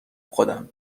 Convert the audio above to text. خودم